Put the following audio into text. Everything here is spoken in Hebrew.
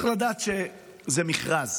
צריך לדעת שזה מכרז